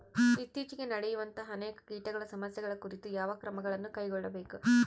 ಇತ್ತೇಚಿಗೆ ನಡೆಯುವಂತಹ ಅನೇಕ ಕೇಟಗಳ ಸಮಸ್ಯೆಗಳ ಕುರಿತು ಯಾವ ಕ್ರಮಗಳನ್ನು ಕೈಗೊಳ್ಳಬೇಕು?